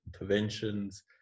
interventions